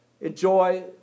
enjoy